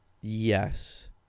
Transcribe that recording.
Yes